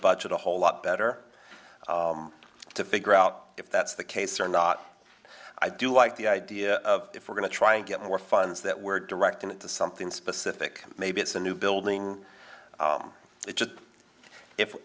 budget a whole lot better to figure out if that's the case or not i do like the idea of if we're going to try and get more funds that were directed at the something specific maybe it's a new building